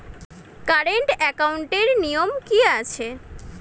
Current একাউন্টের নিয়ম কী আছে?